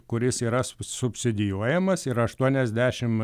kuris yra subsidijuojamas yra aštuoniasdešimt